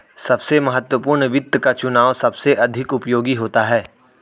सबसे महत्वपूर्ण वित्त का चुनाव सबसे अधिक उपयोगी होता है